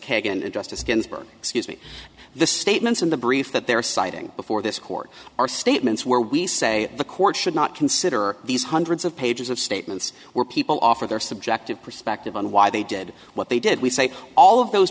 kagan and justice ginsburg excuse me the statements in the brief that they are citing before this court are statements where we say the court should not consider these hundreds of pages of statements where people offer their subjective perspective on why they did what they did we say all of those